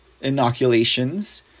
inoculations